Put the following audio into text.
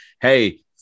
Hey